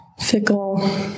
fickle